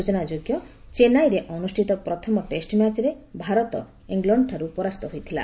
ସ୍ଚଚନାଯୋଗ୍ୟ ଚେନ୍ନାଇରେ ଅନୁଷ୍ଠିତ ପ୍ରଥମ ଟେଷ୍ଟମ୍ୟାଚ୍ରେ ଭାରତ ଇଂଲଶ୍ଡଠାର୍ ପରାସ୍ତ ହୋଇଥିଲା